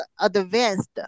advanced